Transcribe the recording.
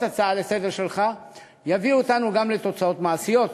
ההצעה לסדר-היום שלך יביאו אותנו גם לתוצאות מעשיות.